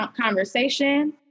conversation